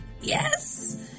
Yes